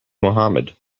mohamed